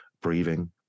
breathing